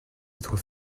être